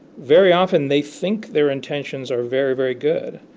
very often they think their intentions are very very good.